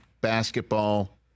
basketball